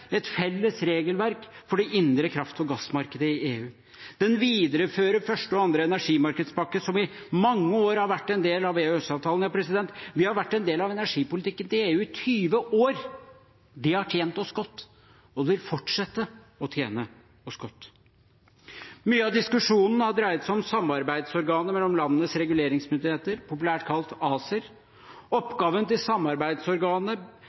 et felles regelverk for det indre kraft- og gassmarkedet i EU. Pakken viderefører første og andre energimarkedspakke, som i mange år har vært en del av EØS-avtalen. Vi har vært en del av energipolitikken til EU i 20 år. Det har tjent oss godt, og det vil fortsette å tjene oss godt. Mye av diskusjonen har dreid seg om samarbeidsorganet mellom landenes reguleringsmyndigheter, populært kalt ACER. Oppgaven til samarbeidsorganet